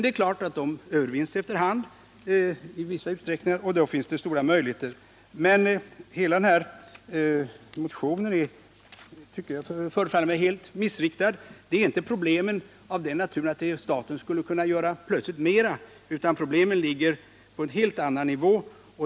Det är klart att svårigheterna efter hand övervinns i viss utsträckning, och då ökar ju möjligheterna, men hela motionen förefaller mig helt missriktad. Problemen är inte av den naturen att staten plötsligt skulle kunna göra betydligt mera än nu, utan problemen ligger på en helt annan nivå.